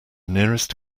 nearest